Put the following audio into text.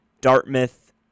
Dartmouth